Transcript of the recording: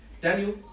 Daniel